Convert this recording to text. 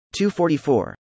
244